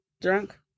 drunk